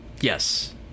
Yes